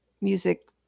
music